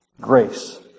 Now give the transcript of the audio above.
Grace